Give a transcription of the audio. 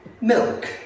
milk